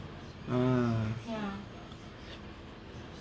orh